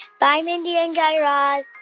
bye, mindy and guy raz